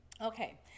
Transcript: Okay